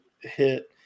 hit